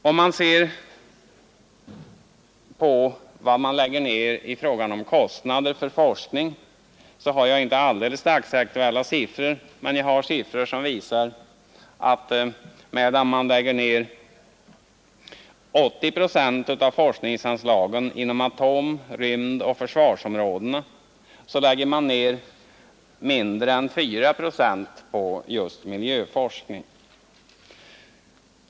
Jag har inte alldeles dagsaktuella siffror för vilka kostnader man lägger ned på forskning, men jag har siffror som visar att medan man använder 80 procent av forskningsanslagen inom atom-, rymdoch försvarsområdena, så använder man mindre än 4 procent på just miljöforskning.